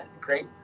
great